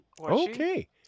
Okay